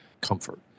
comfort